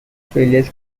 failures